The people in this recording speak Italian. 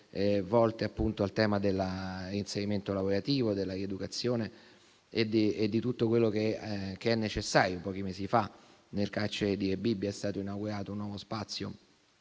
- sia per il reinserimento lavorativo, la rieducazione e tutto quello che è necessario. Pochi mesi fa nel carcere di Rebibbia è stato inaugurato un nuovo spazio